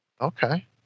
Okay